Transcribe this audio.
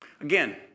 Again